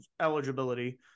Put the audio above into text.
eligibility